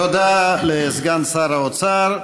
תודה לסגן שר האוצר.